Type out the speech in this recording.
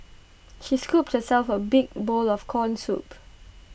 she scooped herself A big bowl of Corn Soup